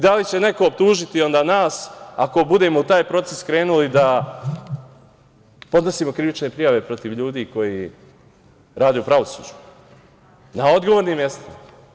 Da li će neko optužiti onda nas ako budemo u taj proces krenuli da podnosimo krivične prijave protiv ljudi koji rade u pravosuđu na odgovornim mestima?